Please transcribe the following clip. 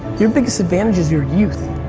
your biggest advantage is your youth.